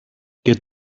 και